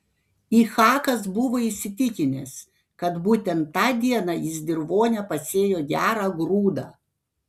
ichakas buvo įsitikinęs kad būtent tą dieną jis dirvone pasėjo gerą grūdą